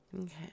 Okay